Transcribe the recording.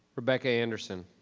rebecca anderson.